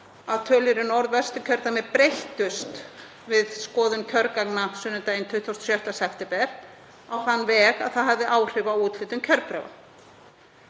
að tölur í Norðvesturkjördæmi breyttust við skoðun kjörgagna sunnudaginn 26. september á þann veg að það hafði áhrif á úthlutun kjörbréfa.